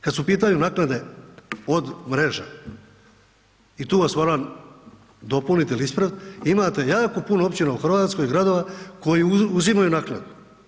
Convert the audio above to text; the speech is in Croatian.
Kad su u pitanju naknade od mreža i tu vas moram dopuniti ili ispraviti, imate jako puno općina u Hrvatskoj, gradova koji uzimaju naknadu.